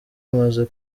amaze